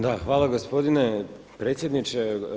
Da, hvala gospodine predsjedniče.